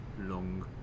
long